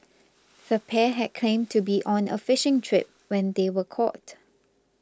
the pair had claimed to be on a fishing trip when they were caught